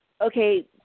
okay